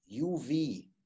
UV